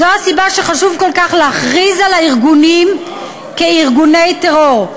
זו הסיבה שחשוב כל כך להכריז על הארגונים כארגוני טרור,